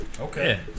Okay